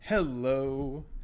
Hello